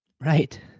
right